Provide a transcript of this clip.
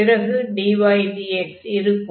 பிறகு dydx இருக்கும்